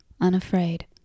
unafraid